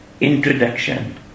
introduction